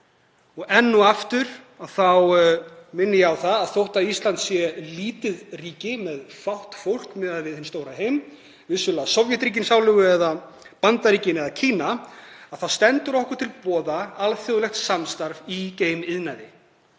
Enn og aftur minni ég á það að þótt Ísland sé lítið ríki með fátt fólk miðað við hinn stóra heim, vissulega Sovétríkin sálugu eða Bandaríkin eða Kína, þá stendur okkur til boða alþjóðlegt samstarf í geimiðnaði